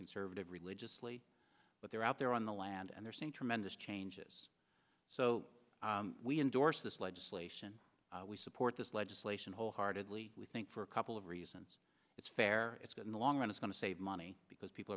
conservative religiously but they're out there on the land and they're seeing tremendous changes so we endorse this legislation we support this legislation wholeheartedly we think for a couple of reasons it's fair it's good in the long run it's going to save money because people